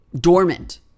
dormant